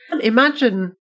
Imagine